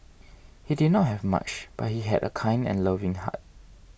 he did not have much but he had a kind and loving heart